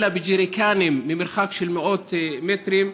אלא בג'ריקנים ממרחק של מאות מטרים.